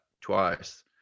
twice